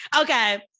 Okay